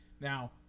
Now